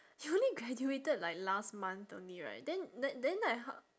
you only graduated like last month only right then the~ then like ho~